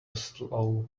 slow